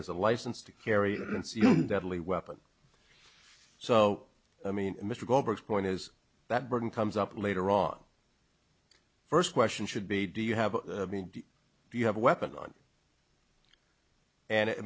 has a license to carry a deadly weapon so i mean mr goldberg point is that burden comes up later on first question should be do you have me do you have a weapon on and i